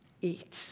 eat